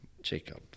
Jacob